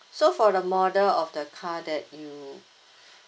so for the model of the car that you